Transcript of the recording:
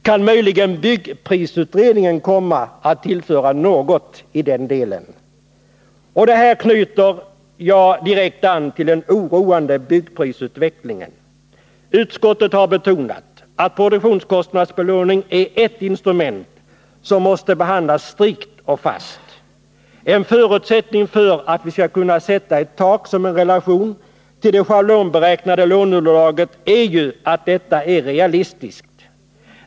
Kan möjligen byggprisutredningen komma att tillföra något i den delen? Det här knyter direkt an till den oroande byggprisutvecklingen. Utskottet har betonat att produktionskostnadsbelåning är ett instrument som måste hanteras strikt och fast. En förutsättning för att vi skall kunna sätta ett tak som en relation till det schablonberäknade låneunderlaget är ju att detta är realistiskt.